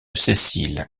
cécile